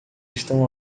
estão